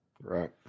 Right